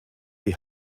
die